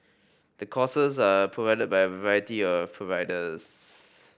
the courses are provided by variety of providers